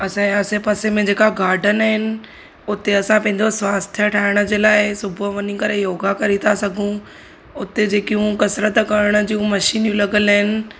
असांजे आसे पासे में जेका गार्डन आहिनि हुते असां पंहिंजो स्वास्थ्य ठायण जे लाइ सुबुह वञी करे योगा करे था सघूं हुते जेकियूं कसरतु करण जियूं मशीनियूं लॻल आहिनि